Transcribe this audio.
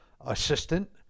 assistant